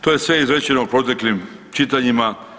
To je sve izrečeno u proteklim čitanjima.